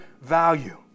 value